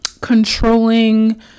controlling